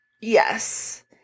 Yes